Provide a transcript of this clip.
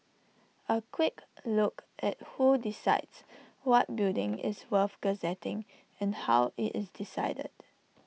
A quick look at who decides what building is worth gazetting and how IT is decided